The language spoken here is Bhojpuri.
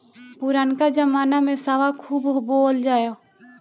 पुरनका जमाना में सावा खूब बोअल जाओ